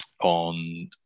on